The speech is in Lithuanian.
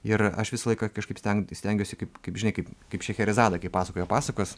ir aš visą laiką kažkaip sten stengiuosi kaip kaip žinai kaip kaip šacherezada kai pasakojo pasakas